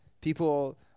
People